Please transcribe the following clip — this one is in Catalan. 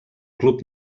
club